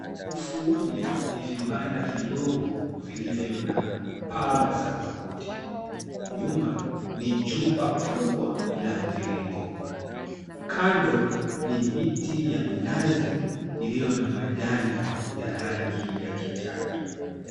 Ufuoni ni vibanda vidogo vilivyo na paa za makuti. Nyuma ni jumba kubwa la mviringo, kando ni miti ya minazi iliyo na majani ya rangi ya kijani.